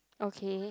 okay